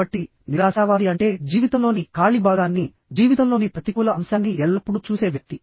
కాబట్టి నిరాశావాది అంటే జీవితంలోని ఖాళీ భాగాన్ని జీవితంలోని ప్రతికూల అంశాన్ని ఎల్లప్పుడూ చూసే వ్యక్తి